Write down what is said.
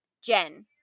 Jen